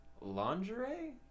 lingerie